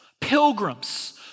pilgrims